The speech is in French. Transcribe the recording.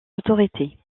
autorités